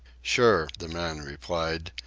sure, the man replied,